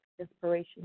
Inspiration